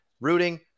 rooting